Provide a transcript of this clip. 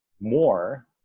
more